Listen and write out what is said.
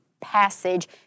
passage